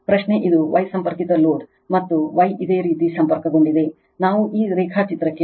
ಪ್ರಶ್ನೆ ಇದು Y ಸಂಪರ್ಕಿತ ಲೋಡ್ ಮತ್ತು Y ಇದೇ ರೀತಿ ಸಂಪರ್ಕಗೊಂಡಿದೆ ನಾವು ಈ ರೇಖಾಚಿತ್ರಕ್ಕೆ ಬರುತ್ತೇವೆ